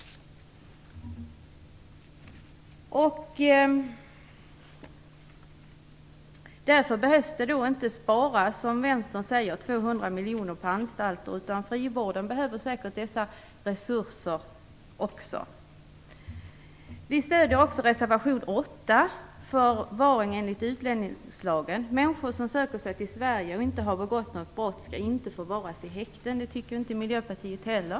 Man behöver således inte spara 200 miljarder på anstalterna, som Vänstern säger. Frivården behöver säkert också dessa resurser. Vi stöder också reservation 8 Förvar enligt utlänningslagen. Människor som söker sig till Sverige och som inte har begått något brott skall inte förvaras i häkten, det tycker inte Miljöpartiet heller.